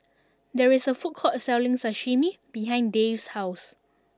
there is a food court selling Sashimi behind Dave's house